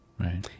right